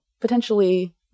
potentially